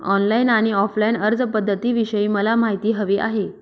online आणि offline अर्जपध्दतींविषयी मला माहिती हवी आहे